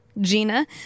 Gina